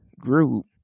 group